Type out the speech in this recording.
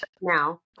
now